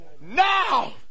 Now